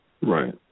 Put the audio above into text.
Right